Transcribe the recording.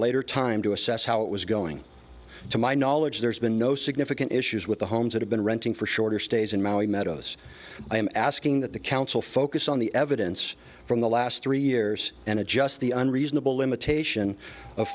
later time to assess how it was going to my knowledge there's been no significant issues with the homes that have been renting for shorter stays in maui meadows i am asking that the council focus on the evidence from the last three years and adjust the unreasonable limitation of